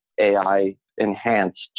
AI-enhanced